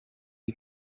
you